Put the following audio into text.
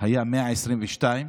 היו 122,